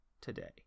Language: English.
today